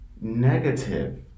negative